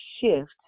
shift